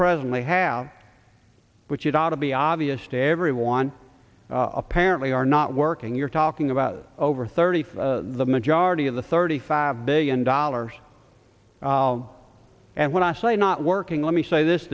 presently have which it ought to be obvious to everyone apparently are not working you're talking about over thirty five the majority of the thirty five billion dollars and when i say not working let me say this